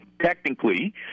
Technically